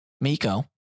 Miko